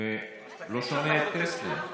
ולא שומע את טסלר.